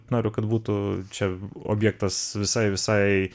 noriu kad būtų čia objektas visai visai